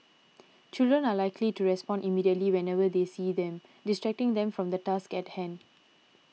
children are likely to respond immediately whenever they see them distracting them from the task at hand